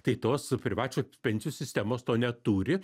tai tos privačio pensijų sistemos to neturi